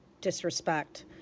disrespect